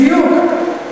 בדיוק.